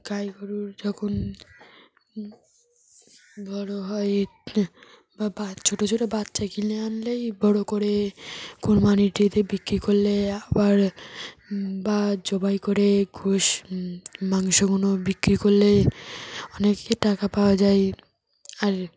গাই গরু যখন বড় হয় বা ছোট ছোট বাচ্চা কিনে আনলেই বড় করে কোরবানি টিতে বিক্রি করলে আবার বা জবাই করে গোশ মাংসগুলো বিক্রি করলে অনেকেই টাকা পাওয়া যায় আর